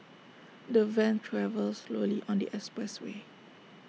the van travelled slowly on the expressway